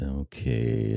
okay